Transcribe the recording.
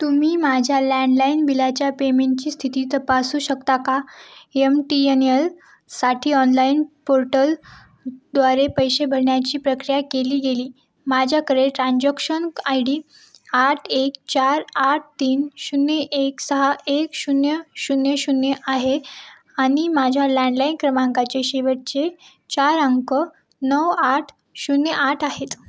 तुम्ही माझ्या लँडलाईन बिलाच्या पेमेनची स्थिती तपासू शकता का यम टी यन यल साठी ऑनलाईन पोर्टल द्वारे पैसे भरण्याची प्रक्रिया केली गेली माझ्याकडे ट्रान्जक्शन आय डी आठ एक चार आठ तीन शून्य एक सहा एक शून्य शून्य शून्य आहे आणि माझ्या लँडलाईन क्रमांकाचे शेवटचे चार अंक नऊ आठ शून्य आठ आहेत